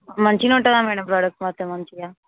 మంచిగానే ఉంటుందా madam product మాత్రం మంచిగా